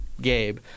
Gabe